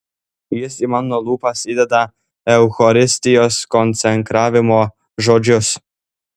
jis į mano lūpas įdeda eucharistijos konsekravimo žodžius